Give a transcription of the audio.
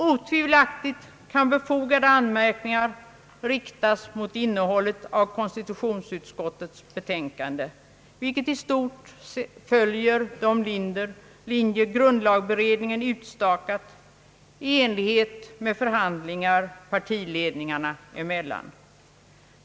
Otvivelaktigt kan befogade anmärkningar riktas mot innehållet i konstitutionsutskottets betänkande, vilket i stort följer de linjer som grundlagberedningen utstakat i enlighet med förhandlingar partiledningarna emellan.